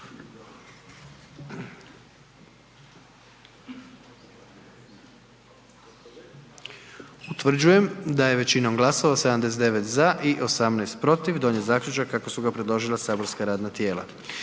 Utvrđujem da je većinom glasova 99 za i 1 suzdržani donijet zaključak kako su ga predložila saborska radna tijela.